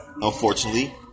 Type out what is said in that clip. Unfortunately